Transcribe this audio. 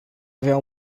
avea